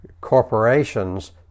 corporations